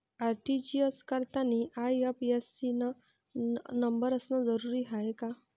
RTGS करतांनी IFSC न number असनं जरुरीच हाय का?